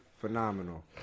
phenomenal